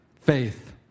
faith